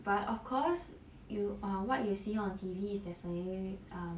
but of course you are what you see on T_V is definitely